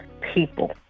people